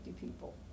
people